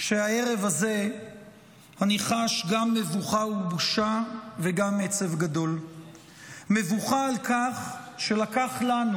שהערב הזה אני חש גם מבוכה ובושה וגם עצב גדול, מבוכה על כך שלקח לנו